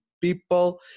people